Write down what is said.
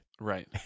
Right